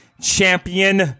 champion